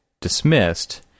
dismissed